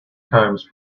times